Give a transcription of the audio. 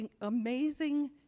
amazing